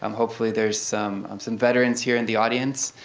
um hopefully there's some um some veterans here in the audience.